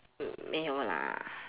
没有啦